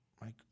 Mike